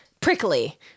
prickly